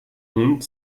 hund